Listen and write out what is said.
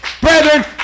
brethren